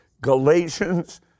Galatians